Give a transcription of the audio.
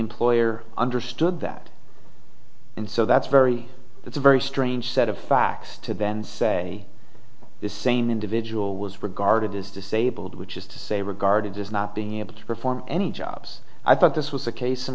employer understood that so that's very it's a very strange set of facts to then say this same individual was regarded as disabled which is to say regarded as not being able to perform any jobs i thought this was a case in